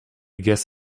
guess